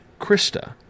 Krista